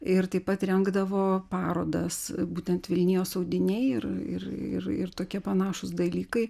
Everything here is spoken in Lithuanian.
ir taip pat rengdavo parodas būtent vilnijos audiniai ir ir ir tokie panašūs dalykai